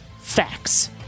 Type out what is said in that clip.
facts